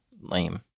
lame